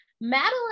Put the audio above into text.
madeline